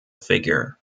figure